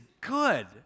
good